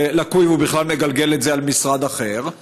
והוא בכלל מגלגל את זה על משרד אחר.